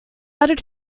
outed